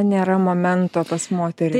nėra momento pas moterį